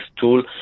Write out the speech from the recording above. tool